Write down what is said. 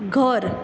घर